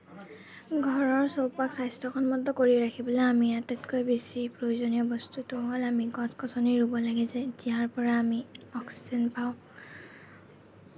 ঘৰৰ চৌপাশ স্বাস্থ্যসন্মত কৰি ৰাখিবলৈ আমি আটাইতকৈ বেছি প্ৰয়োজনীয় বস্তুটো হ'ল আমি গছ গছনি ৰুব লাগে যে ইয়াৰ পৰা আমি অক্সিজেন পাওঁ